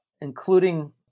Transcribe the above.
including